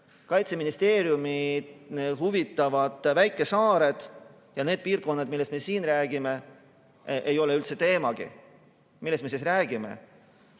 Kaitseministeeriumit huvitavad väikesaared, aga need piirkonnad, millest me siin räägime, ei ole üldse teemagi. Millest me siis räägime?